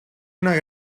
una